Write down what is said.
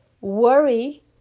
worry